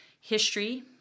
history